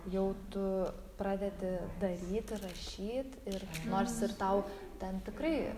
jau tu pradedi daryt ir rašyt ir nors ir tau ten tikrai